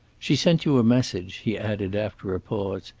she sent you a message, he added after a pause.